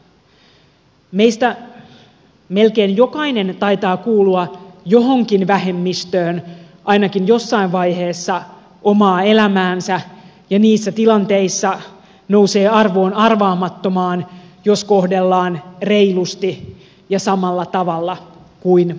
meistä melkein jokainen taitaa kuulua johonkin vähemmistöön ainakin jossain vaiheessa omaa elämäänsä ja niissä tilanteissa nousee arvoon arvaamattomaan jos kohdellaan reilusti ja samalla tavalla kuin muita